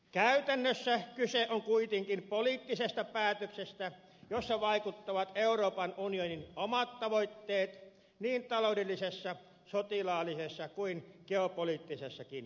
käytännössä kyse on kuitenkin poliittisesta päätöksestä jossa vaikuttavat euroopan unionin omat tavoitteet niin taloudellisessa sotilaallisessa kuin geopoliittisessakin mielessä